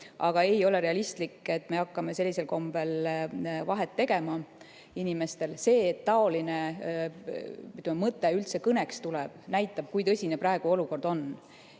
Aga ei ole realistlik, et me hakkame sellisel kombel inimestel vahet tegema. See, et taoline mõte üldse kõneks tuleb, näitab, kui tõsine praegu olukord on.